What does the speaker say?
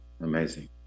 Amazing